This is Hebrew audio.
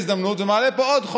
בעד?